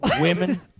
women